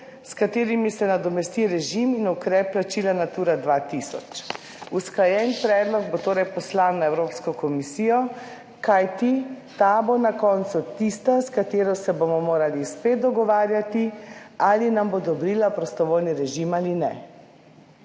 s katerimi se nadomesti režim in ukrep plačila Natura 2000. Usklajen predlog bo torej poslan na Evropsko komisijo, kajti ta bo na koncu tista, s katero se bomo morali spet dogovarjati ali nam bo odobrila prostovoljni režim ali ne.